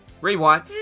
Rewind